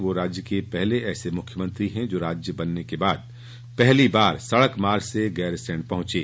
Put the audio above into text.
वह राज्य के पहले ऐसे मुख्यमंत्री हैं जो राज्य बनने के बाद पहली बार सड़क मार्ग से गैरसैंण पहंचे